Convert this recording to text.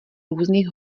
různých